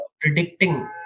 predicting